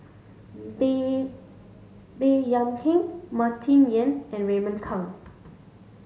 Baey Baey Yam Keng Martin Yan and Raymond Kang